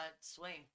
swing